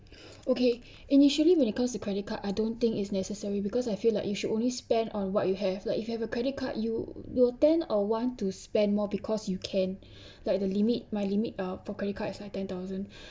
okay initially when it comes to credit card I don't think is necessary because I feel like you should only spend on what you have like if you have a credit card you will tend or want to spend more because you can like the limit my limit uh for credit cards is like ten thousand